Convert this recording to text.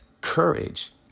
courage